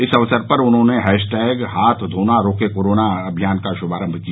इस अवसर पर उन्होंने हैश टैग हाथ धोना रोके कोरोना अभियान का शुभारम्म किया